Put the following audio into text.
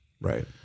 right